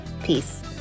Peace